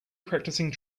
practicing